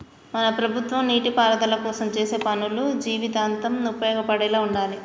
మన ప్రభుత్వం నీటిపారుదల కోసం చేసే పనులు జీవితాంతం ఉపయోగపడేలా ఉండాలి